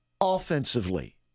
offensively